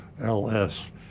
LS